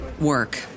work